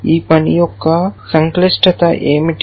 ఈ పని యొక్క సంక్లిష్టత ఏమిటి